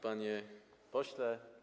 Panie Pośle!